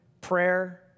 prayer